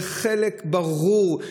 זה חלק ברור.